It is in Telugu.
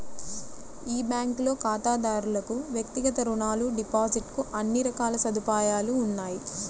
ఈ బ్యాంకులో ఖాతాదారులకు వ్యక్తిగత రుణాలు, డిపాజిట్ కు అన్ని రకాల సదుపాయాలు ఉన్నాయి